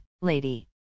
Lady